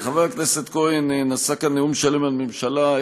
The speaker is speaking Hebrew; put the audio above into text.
חבר הכנסת כהן נשא כאן נאום שלם על הממשלה.